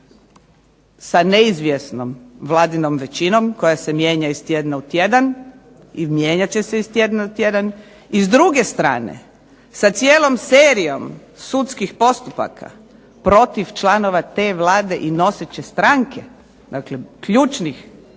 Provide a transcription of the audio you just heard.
sa neizvjesnom vladinom većinom koja se mijenja iz tjedna u tjedan i mijenjat će se iz tjedna u tjedan. I s druge strane sa cijelom serijom sudskih postupaka protiv članova te Vlade i noseće stranke, dakle ključnih